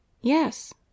Yes